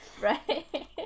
Right